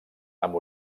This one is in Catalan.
amb